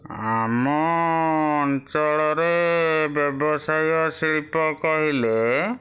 ଆମ ଅଞ୍ଚଳରେ ବ୍ୟବସାୟ ଶିଳ୍ପ କହିଲେ